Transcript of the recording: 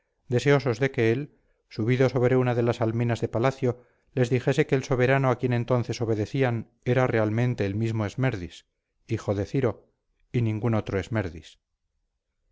de que él subido sobre una de las almenas de palacio les dijese que el soberano a quien entonces obedecían era realmente el mismo esmerdis hijo de ciro y ningún otro esmerdis lo